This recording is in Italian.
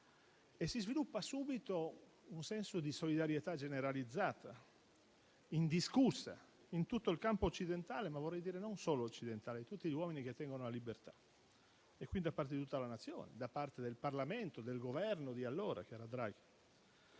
Si sviluppa subito un senso di solidarietà generalizzata, indiscussa, in tutto il campo occidentale, ma non solo occidentale, bensì in tutti gli uomini che tengono alla libertà: quindi, da parte di tutta la Nazione, da parte del Parlamento e del Governo di allora, a guida Draghi.